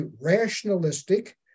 rationalistic